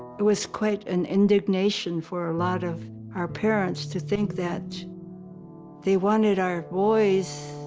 it was quite an indignation for a lot of our parents to think that they wanted our boys